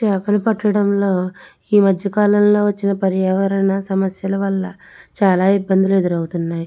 చేపలు పట్టడంలో ఈ మధ్య కాలంలో వచ్చినా పర్యావరణ సమస్య వల్ల చాలా ఇబ్బందులు ఎదురవుతున్నాయి